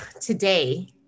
today